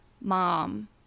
mom